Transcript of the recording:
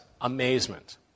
amazement